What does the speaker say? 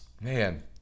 Man